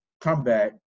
comeback